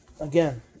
Again